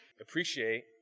appreciate